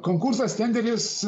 konkursas tendelis